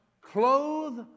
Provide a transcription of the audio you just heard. clothe